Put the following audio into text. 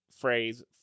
phrase